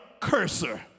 cursor